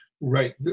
Right